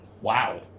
Wow